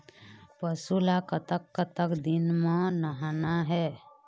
पशु ला कतक कतक दिन म नहाना हे?